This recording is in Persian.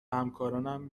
همکاران